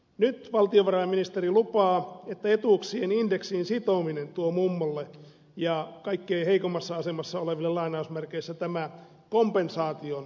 nyt valtiovarainministeri lupaa että etuuksien indeksiin sitominen tuo mummolle ja kaikkein heikoimmassa asemassa oleville kompensaation näille korotuksille